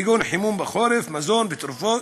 כגון חימום בחורף, מזון ותרופות.